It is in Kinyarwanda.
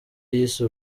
yise